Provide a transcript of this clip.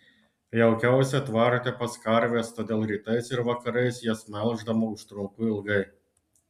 jaukiausia tvarte pas karves todėl rytais ir vakarais jas melždama užtrunku ilgai